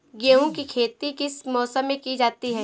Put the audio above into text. गेहूँ की खेती किस मौसम में की जाती है?